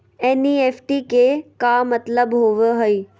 NEFT के का मतलव होव हई?